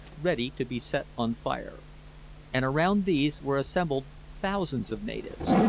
ready to be set on fire and around these were assembled thousands of natives,